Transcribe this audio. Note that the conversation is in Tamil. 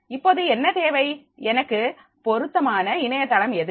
இப்போது என்ன தேவை எனக்கு பொருத்தமான இணையதளம் எது